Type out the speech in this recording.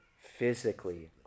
physically